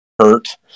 hurt